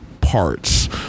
parts